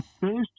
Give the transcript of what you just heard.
first